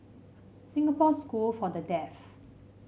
Singapore School for the Deaf